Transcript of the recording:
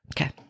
Okay